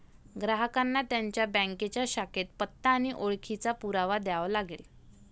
ग्राहकांना त्यांच्या बँकेच्या शाखेत पत्ता आणि ओळखीचा पुरावा द्यावा लागेल